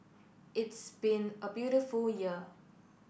it's been a beautiful year